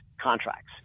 contracts